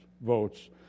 votes